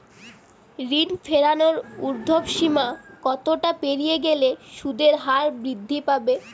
ঋণ ফেরানোর উর্ধ্বসীমা কতটা পেরিয়ে গেলে সুদের হার বৃদ্ধি পাবে?